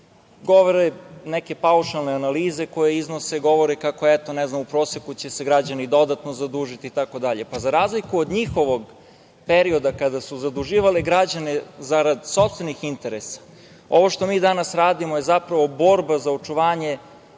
neke paušalne analize koje iznose, govore kako, eto, ne znam, u proseku će se građani dodatno zadužiti, itd. Pa, za razliku od njihovog perioda, kada su zaduživali građane zarad sopstvenih interesa, ovo što mi danas radimo je zapravo borba za očuvanje